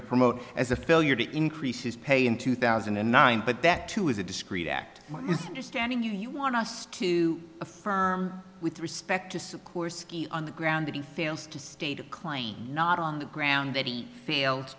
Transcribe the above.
to promote as a failure to increase his pay in two thousand and nine but that too is a discreet act my understanding you want us to affirm with respect to sue course ski on the ground that he fails to state a claim not on the ground that he failed